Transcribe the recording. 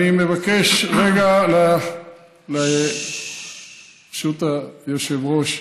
אני מבקש רגע, ברשות היושב-ראש,